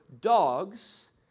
dogs